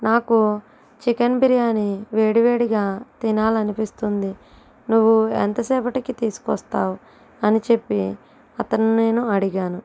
నాకు చికెన్ బిర్యానీ వేడివేడిగా తినాలనిపిస్తుంది నువ్వు ఎంతసేపటికి తీసుకొస్తావు అని చెప్పి అతన్ని నేను అడిగాను